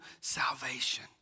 salvation